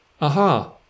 Aha